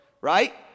right